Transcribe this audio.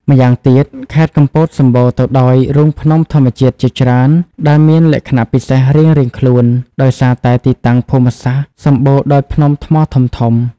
ម្យ៉ាងទៀត ខេត្តកំពតសម្បូរទៅដោយរូងភ្នំធម្មជាតិជាច្រើនដែលមានលក្ខណៈពិសេសរៀងៗខ្លួន ដោយសារតែទីតាំងភូមិសាស្ត្រសម្បូរដោយភ្នំថ្មធំៗ។